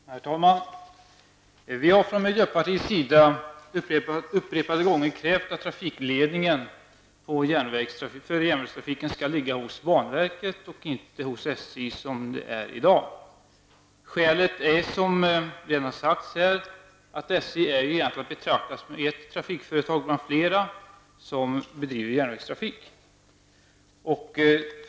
Herr talman! Vi har från miljöpartiets sida upprepade gånger krävt att trafikledningen för järnvägstrafiken skall ligga hos banverket och inte hos SJ, som den gör i dag. Skälet är, som redan har sagts här, att SJ är att betrakta som ett trafikföretag bland flera som bedriver järnvägstrafik.